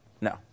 No